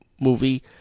movie